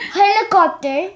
helicopter